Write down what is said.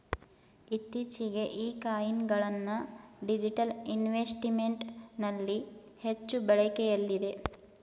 ಇತ್ತೀಚೆಗೆ ಈ ಕಾಯಿನ್ ಗಳನ್ನ ಡಿಜಿಟಲ್ ಇನ್ವೆಸ್ಟ್ಮೆಂಟ್ ನಲ್ಲಿ ಹೆಚ್ಚು ಬಳಕೆಯಲ್ಲಿದೆ